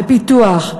בפיתוח,